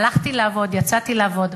הלכתי לעבוד, יצאתי לעבוד.